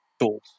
tools